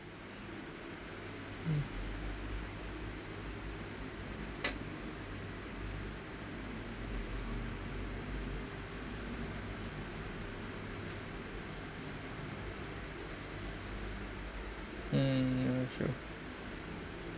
hmm hmm you feel